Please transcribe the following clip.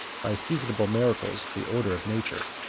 by seasonable miracles, the order of nature.